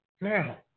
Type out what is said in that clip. Now